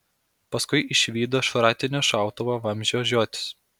paskui išvydo šratinio šautuvo vamzdžio žiotis